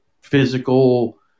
physical